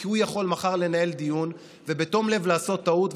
כי הוא יכול מחר לנהל דיון ובתום לב לעשות טעות,